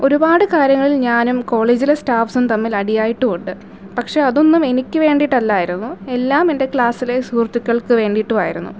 ഒരുപാട് കാര്യങ്ങളിൽ ഞാനും കോളേജിലെ സ്റ്റാഫ്സ്സും തമ്മിൽ അടിയായിട്ടുണ്ട് പക്ഷെ അതൊന്നും എനിക്ക് വേണ്ടിയിട്ടല്ലായിരുന്നു എല്ലാം എൻ്റെ ക്ളാസ്സിലെ സുഹൃത്തുക്കൾക്ക് വേണ്ടിയിട്ടായിരുന്നു